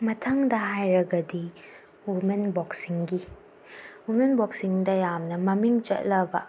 ꯃꯊꯪꯗ ꯍꯥꯏꯔꯒꯗꯤ ꯋꯨꯃꯦꯟ ꯕꯣꯛꯁꯤꯡꯒꯤ ꯋꯨꯃꯦꯟ ꯕꯣꯛꯁꯤꯡꯗ ꯌꯥꯝꯅ ꯃꯃꯤꯡ ꯆꯠꯂꯕ